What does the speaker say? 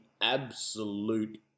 absolute